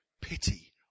pity